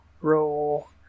roll